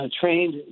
trained